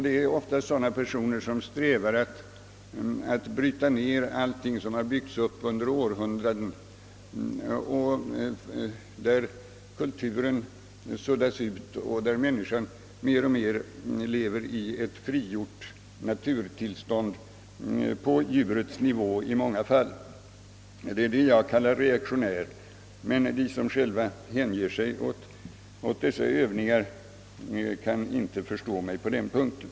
Det är ofta sådana personer som strävar att bryta ned allt som byggts upp under århundraden och att sudda ut kulturen, så att människan mer och mer kommer att leva i ett frigjort naturtillstånd på djurets nivå. Detta är vad jag kallar reaktionär, men de som själva hänger sig åt dessa övningar kan inte förstå mig på den punkten.